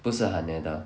不是